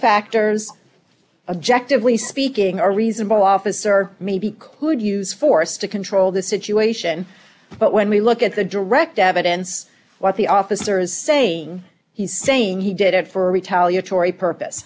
factors objective we speaking a reasonable officer maybe could use force to control the situation but when we look at the direct evidence what the officer is saying he's saying he did it for retaliatory purpose